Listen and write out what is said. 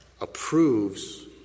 approves